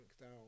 down